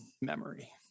memory